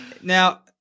Now